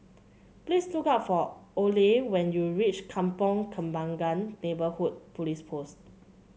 please look for Oley when you reach Kampong Kembangan Neighbourhood Police Post